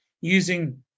using